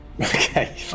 Okay